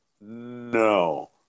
No